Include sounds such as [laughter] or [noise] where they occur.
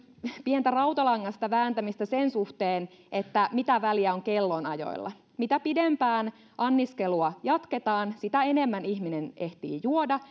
pientä rautalangasta vääntämistä sen suhteen mitä väliä on kellonajoilla mitä pidempään anniskelua jatketaan sitä enemmän ihminen ehtii juoda [unintelligible]